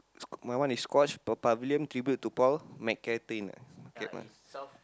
my one is squash Pavilion Tribute to Paul-McCartney